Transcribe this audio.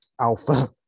alpha